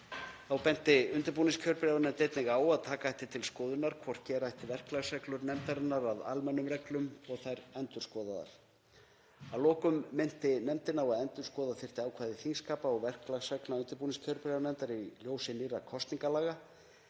Þá benti undirbúningskjörbréfanefnd einnig á að taka ætti til skoðunar hvort gera ætti verklagsreglur nefndarinnar að almennum reglum og þær endurskoðaðar. Að lokum minnti nefndin á að endurskoða þyrfti ákvæði þingskapa og verklagsreglna undirbúningskjörbréfanefndar í ljósi nýrra kosningalaga